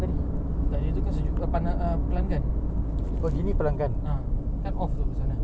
ah aircon aircon dengan enjin ya radiator dia ingat dah bunyi